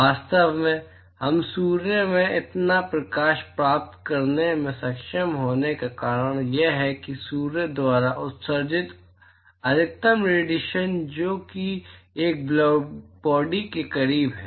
वास्तव में हम सूर्य से इतना प्रकाश प्राप्त करने में सक्षम होने का कारण यह है कि सूर्य द्वारा उत्सर्जित अधिकतम रेडिएशन जो कि एक ब्लैकबॉडी के करीब है